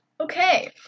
Okay